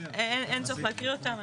אין צורך להקריא אותם.